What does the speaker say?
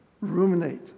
ruminate